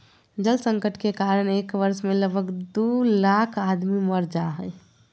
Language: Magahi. जल संकट के कारण एक वर्ष मे लगभग दू लाख आदमी मर जा हय